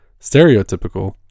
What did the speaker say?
stereotypical